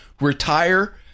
retire